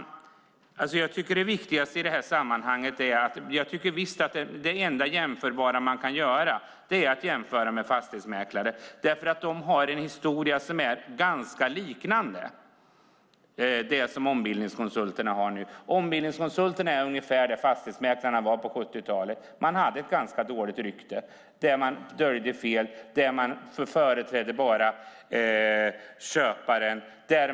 Jag tycker att det viktigaste man kan göra i det här sammanhanget är att jämföra med fastighetsmäklare. De har en historia som är ganska lik den som ombildningskonsulterna har nu. Ombildningskonsulterna är ungefär där fastighetsmäklarna var på 70-talet. Man hade ett ganska dåligt rykte. Man dolde fel. Man företrädde bara köparen.